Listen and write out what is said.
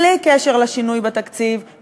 בלי קשר לשינוי בתקציב,